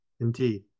indeed